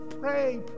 pray